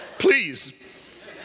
please